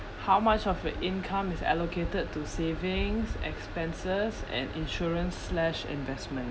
how much of your income is allocated to savings expenses and insurance slash investment